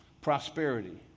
Prosperity